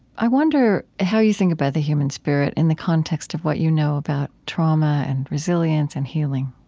i wonder how you think about the human spirit in the context of what you know about trauma and resilience and healing